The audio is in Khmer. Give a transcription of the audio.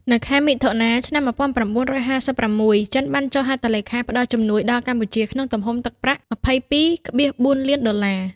នៅខែមិថុនា ឆ្នាំ១៩៥៦ ចិនបានចុះហត្ថលេខាផ្តល់ជំនួយដល់កម្ពុជាក្នុងទំហំទឹកប្រាក់ ២២,៤ លានដុល្លារ។